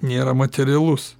nėra materialus